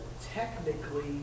technically